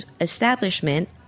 establishment